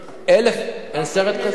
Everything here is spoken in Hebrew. אין סרט כזה?